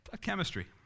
Chemistry